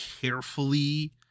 carefully